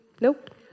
Nope